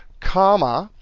comma,